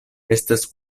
estas